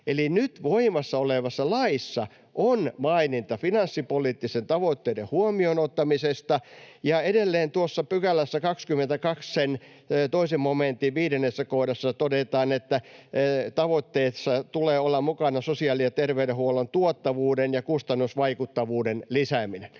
Eli nyt voimassa olevassa laissa on maininta finanssipoliittisten tavoitteiden huomioon ottamisesta, ja edelleen tuossa 22 §:ssä, 2 momentin 5 kohdassa, todetaan, että tavoitteissa tulee olla mukana sosiaali- ja terveydenhuollon tuottavuuden ja kustannusvaikuttavuuden lisääminen.